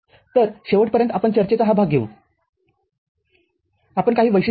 तर शेवटपर्यंत आपण चर्चेचा हा भाग घेऊ आपण काही वैशिष्ट्ये पाहू